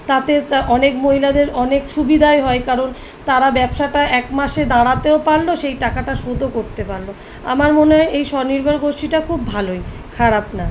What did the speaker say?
তাতে তা অনেক মহিলাদের অনেক সুবিধাই হয় কারণ তারা ব্যবসাটা এক মাসে দাঁড়াতেও পারলো সেই টাকাটা শোধও করতে পারলো আমার মনে হয় এই স্বনির্ভর গোষ্ঠীটা খুব ভালোই খারাপ না